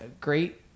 great